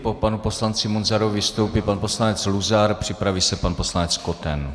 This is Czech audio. Po panu poslanci Munzarovi vystoupí pan poslanec Luzar, připraví se pan poslanec Koten.